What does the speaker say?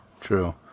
true